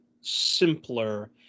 simpler